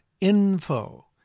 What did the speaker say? info